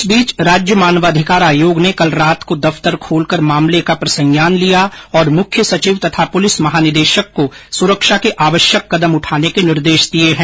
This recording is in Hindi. इस बीच राज्य मानवअधिकार आयोग ने कल रात को दफ्तर खोलकर मामले का प्रसंज्ञान लिया और मुख्य सचिव तथा पुलिस महानिदेशक को सुरक्षा के आवश्यक कदम उठाने के निर्देश दिये है